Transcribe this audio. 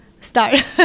start